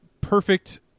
Perfect